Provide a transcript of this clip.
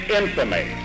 infamy